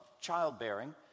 childbearing